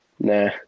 Nah